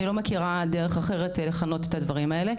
אני לא מכירה דרך אחרת לכנות את הדברים האלה,